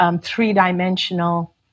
three-dimensional